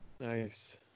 Nice